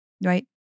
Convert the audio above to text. right